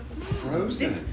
frozen